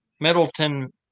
Middleton